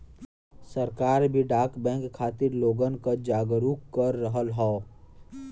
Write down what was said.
सरकार भी डाक बैंक खातिर लोगन क जागरूक कर रहल हौ